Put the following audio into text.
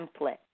template